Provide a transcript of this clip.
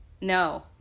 No